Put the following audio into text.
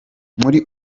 muri